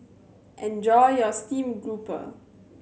enjoy your stream grouper